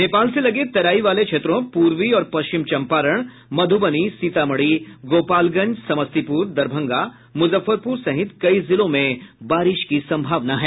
नेपाल से लगे तराई वाले क्षेत्रों पूर्वी और पश्चिम चंपारण मधुबनी सीतामढ़ी गोपालगंज समस्तीपुर दरभंगा मुजफ्फरपुर सहित कई जिलों में बारिश की संभावना है